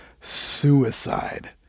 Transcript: suicide